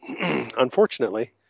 unfortunately